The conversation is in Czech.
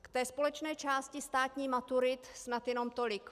Ke společné části státních maturit snad jenom tolik.